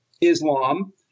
Islam